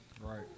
Right